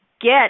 get